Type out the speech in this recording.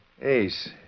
Ace